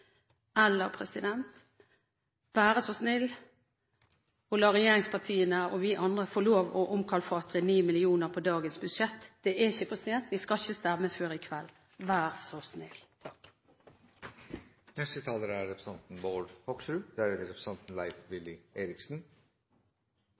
eller vær så snill å la regjeringspartiene og vi andre få lov til å omkalfatre 9 mill. kr på dagens budsjett. Det er ikke for sent, vi skal ikke stemme før i kveld – vær så snill. Jeg hørte representanten Tove Karoline Knutsen komme med et vitnesbyrd om pasienter som er